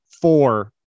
four